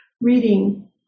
reading